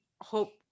hope